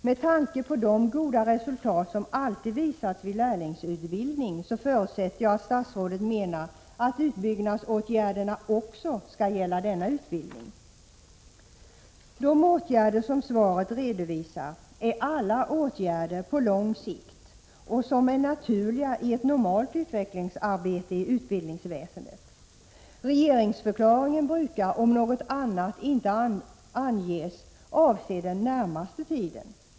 Med tanke på de goda resultat som alltid visats vid lärlingsutbildning förutsätter jag att statsrådet menar att utbyggnadsåtgärderna också skall gälla denna utbildning. De åtgärder som svaret redovisar är alla åtgärder på lång sikt, som är naturliga i ett normalt utvecklingsarbete i utbildningsväsendet. Regeringsförklaringen brukar, om inte annat anges, avse den närmaste tiden.